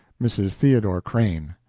mrs. theodore crane.